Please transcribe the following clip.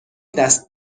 دست